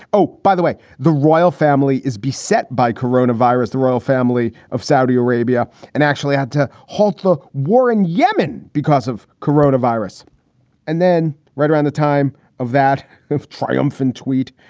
oh, by the way, the royal family is beset by corona virus the royal family of saudi arabia, and actually had to halt the war in yemen because of corona virus and then right around the time of that triumphant tweet,